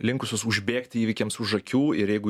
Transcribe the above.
linkusios užbėgti įvykiams už akių ir jeigu